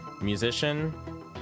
musician